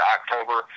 October